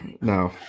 no